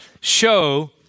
show